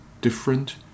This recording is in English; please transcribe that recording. different